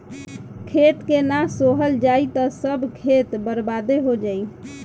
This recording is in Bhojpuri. खेत के ना सोहल जाई त सब खेत बर्बादे हो जाई